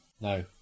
no